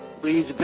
please